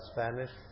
Spanish